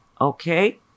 okay